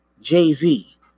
Jay-Z